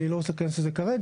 אני לא רוצה להיכנס לזה כרגע.